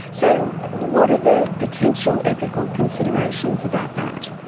so what are the potential ethical considerations about that?